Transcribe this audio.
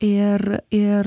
ir ir